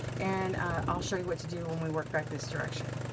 and i'll show you what to do when we work back this direction.